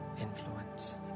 influence